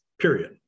period